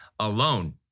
Alone